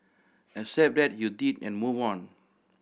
accept that you did and move on